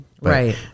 Right